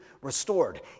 restored